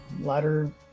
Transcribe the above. ladder